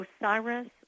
Osiris